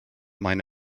mine